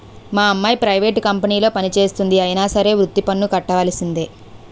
మా అమ్మాయి ప్రైవేట్ కంపెనీలో పనిచేస్తంది అయినా సరే వృత్తి పన్ను కట్టవలిసిందే